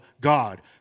God